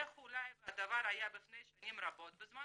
איך אולי והדבר היה לפני שנים רבות בזמן